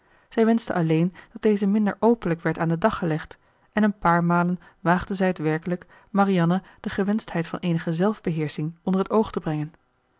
zij wenschte alleen dat deze minder openlijk werd aan den dag gelegd en een paar malen waagde zij het werkelijk marianne de gewenschtheid van eenige zelfbeheersching onder het oog te brengen